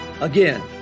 Again